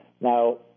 Now